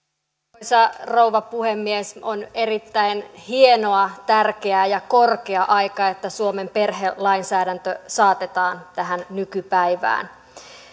arvoisa rouva puhemies on erittäin hienoa tärkeää ja korkea aika että suomen perhelainsäädäntö saatetaan tähän nykypäi vään